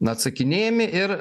atsakinėjami ir